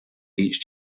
each